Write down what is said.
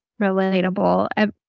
relatable